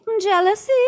Jealousy